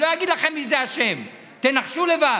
אני לא אגיד לכם מי השם, תנחשו לבד.